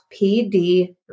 PD